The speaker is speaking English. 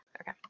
Okay